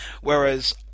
whereas